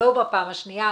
לא בפעם השנייה,